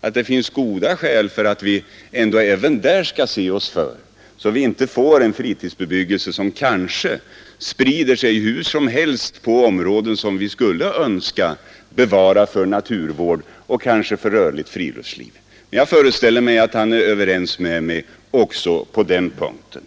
att det finns goda skäl för att vi även där skall se oss för, så att vi inte får en fritidsbebyggelse som kanske sprider sig hur som helst över områden som vi skulle önska bevara för naturvård och kanske för rörligt friluftsliv. Jag föreställer mig att herr Nilsson är ense med mig också på den punkten.